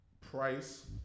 Price